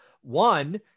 One